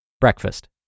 Breakfast